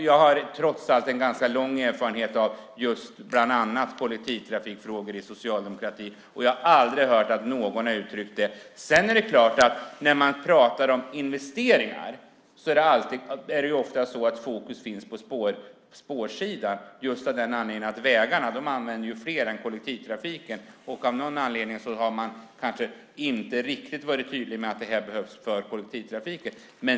Jag har ganska lång erfarenhet av bland annat kollektivtrafikfrågor inom socialdemokratin, och jag har aldrig hört att någon har uttryckt det. När man pratar om investeringar finns oftast fokus på spårsidan eftersom det är fler än kollektivtrafiken som använder vägarna. Av någon anledning har man inte varit riktigt tydlig med att de behövs för kollektivtrafiken.